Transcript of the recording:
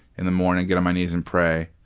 in the morning, get on my knees and pray.